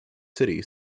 city